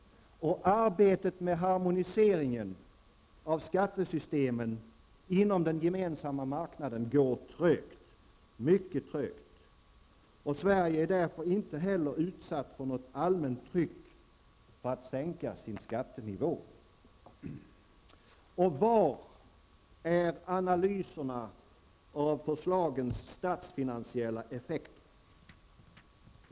Och arbetet med harmoniseringen av skattesystemen inom den gemensamma marknaden går trögt, mycket trögt, och Sverige är därför inte heller utsatt för något allmänt tryck för att sänka sin skattenivå. Och var är analyserna av förslagens statsfinansiella effekter?